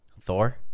Thor